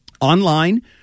online